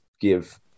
give